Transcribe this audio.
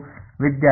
ವಿದ್ಯಾರ್ಥಿ ಆರ್